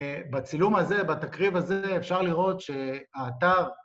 בצילום הזה, בתקריב הזה אפשר לראות שהאתר...